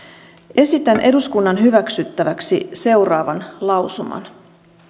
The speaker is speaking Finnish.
esitän eduskunnan hyväksyttäväksi seuraavan lausuman eduskunta edellyttää että